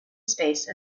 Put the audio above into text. space